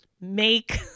make